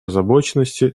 озабоченности